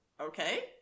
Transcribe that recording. Okay